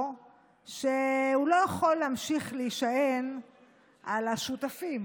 שהוא לא יכול להמשיך להישען על השותפים